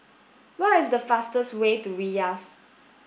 what is the fastest's way to Riyadh